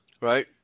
Right